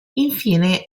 infine